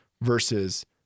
versus